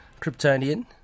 Kryptonian